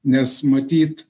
nes matyt